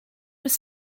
was